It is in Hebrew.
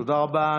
תודה רבה,